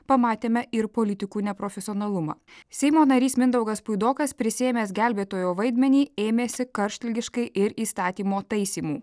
pamatėme ir politikų neprofesionalumą seimo narys mindaugas puidokas prisiėmęs gelbėtojo vaidmenį ėmėsi karštligiškai ir įstatymo taisymų